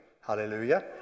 Hallelujah